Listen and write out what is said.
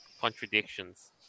contradictions